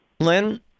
Lynn